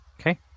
Okay